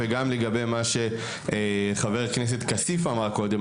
וגם לגבי מה שחבר הכנסת כסיף אמר קודם,